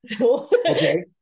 Okay